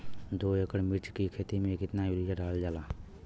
दो एकड़ मिर्च की खेती में कितना यूरिया डालल जाला?